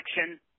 action